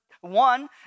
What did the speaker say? One